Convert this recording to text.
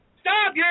Stop